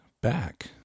back